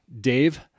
Dave